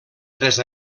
tres